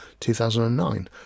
2009